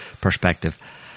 perspective